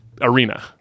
arena